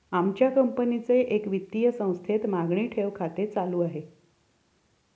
आमच्या कंपनीचे एका वित्तीय संस्थेत मागणी ठेव खाते चालू आहे